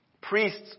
Priests